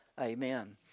Amen